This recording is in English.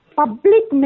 public